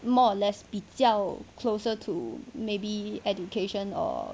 more or less 比较 closer to maybe education or